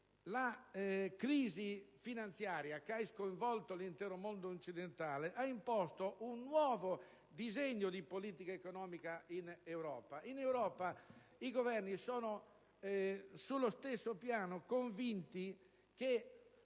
la crisi finanziaria che ha sconvolto l'intero mondo occidentale ha imposto un nuovo disegno di politica economica in Europa. In Europa i Governi sono convinti che